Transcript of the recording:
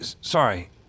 sorry